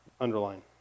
underline